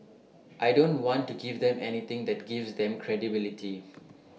I don't want to give them anything that gives them credibility